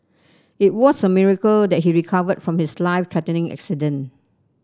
it was a miracle that he recovered from his life threatening accident